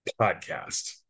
podcast